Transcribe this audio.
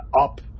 up